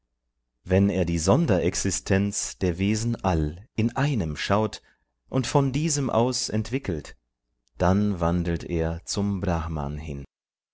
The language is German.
wenn er die sonderexistenz der wesen all in einem schaut und von diesem aus entwickelt dann wandelt er zum brahman hin